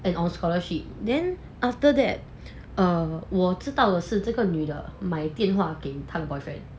and on scholarship then after that err 我知道了是这个女的买电话给他的 boyfriend